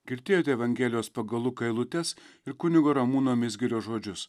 girdėjote evangelijos pagal luką eilutes ir kunigo ramūno mizgirio žodžius